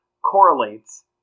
correlates